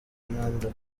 mbanda